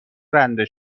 رنده